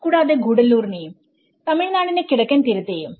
കൂടാതെ ഗൂഡല്ലൂറിനെയുംതമിഴ്നാടിന്റെ കിഴക്കൻ തീരത്തെയും